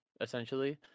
essentially